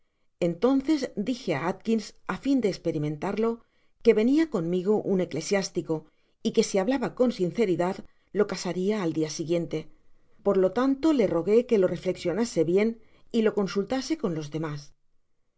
entonces dije á atkins á fin áe espirementarlo que venia conmigo un eclesiástico y que si hablaba con sinceridad lo casaria al dia siguiente por lo tanto le rogué que lo reflexionase bien y lo consultase con los demas